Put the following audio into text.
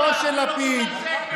לבת דודה של לפיד ולגיסתו של לפיד.